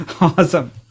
awesome